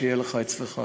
שיהיה לך אצלך.